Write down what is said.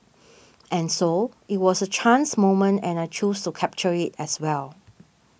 and so it was a chance moment and I chose to capture it as well